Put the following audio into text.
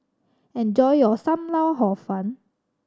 enjoy your Sam Lau Hor Fun